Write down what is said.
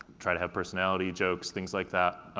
try to have personality, jokes, things like that.